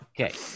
Okay